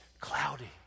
cloudy